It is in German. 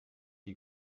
die